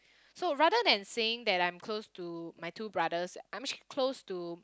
so rather than saying that I'm close to my two brothers I'm actually close to